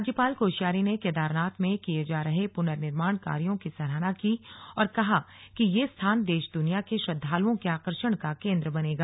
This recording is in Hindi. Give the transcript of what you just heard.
राज्यपाल कोश्यारी ने केदारनाथ में किये जा रहे पुनर्निर्माण कार्यो की सराहना की और कहा कि ये स्थान देश दुनिया के श्रद्धालुओं के आकर्षण का केन्द्र बनेगा